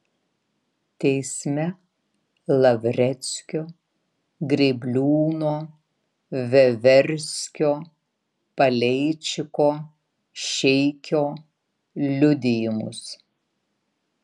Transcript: teisme lavreckio grėbliūno veverskio paleičiko šeikio liudijimus